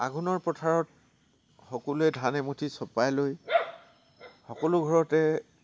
আঘোণৰ পথাৰত সকলোৱে ধান এমুঠি চপাই লৈ সকলো ঘৰতে